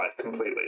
completely